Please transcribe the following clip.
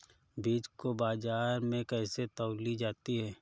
बीज को बाजार में कैसे तौली जाती है?